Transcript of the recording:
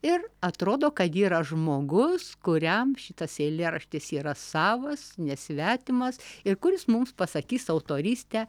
ir atrodo kad ji yra žmogus kuriam šitas eilėraštis yra savas nesvetimas ir kuris mums pasakys autorystę